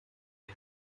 den